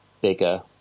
bigger